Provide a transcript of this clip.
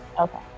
Okay